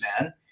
man